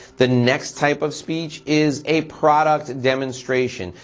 the next type of speech is a product demonstration.